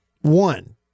One